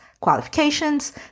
qualifications